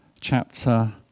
chapter